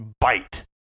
bite